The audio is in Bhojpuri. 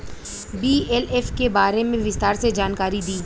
बी.एल.एफ के बारे में विस्तार से जानकारी दी?